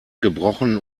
gebrochen